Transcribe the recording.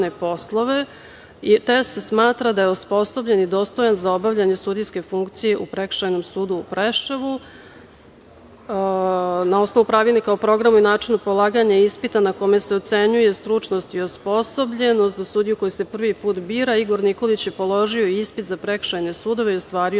poslove, te se smatra da je osposobljen i dostojan za obavljanje sudijske funkcije u Prekršajnom sudu u Preševu. Na osnovu pravilnika o programu i načinu polaganja ispita na kome se ocenjuje stručnost i osposobljenost za sudiju koji se prvi put bira, Igor Nikolić je položio ispit za prekršajne sudove i ostvario